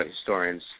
historians